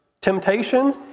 temptation